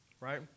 right